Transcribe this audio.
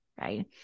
right